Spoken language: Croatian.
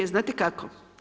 Znate kako?